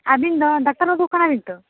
ᱟᱵᱤᱱ ᱫᱚ ᱰᱟᱠᱛᱟᱨ ᱵᱟᱵᱩ ᱠᱟᱱᱟ ᱵᱮᱱ ᱛᱚ